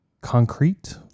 Concrete